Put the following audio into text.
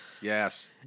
Yes